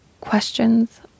questions